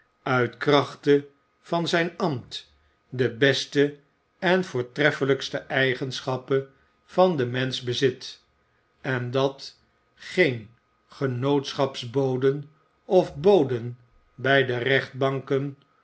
uit krachte van zijn ambt de beste en voortreffelijkste eigenschappen van den mensch bezit en dat geen genootschaps boden of boden bij de rechtbanken